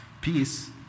peace